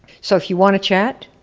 so, if you wanna chat,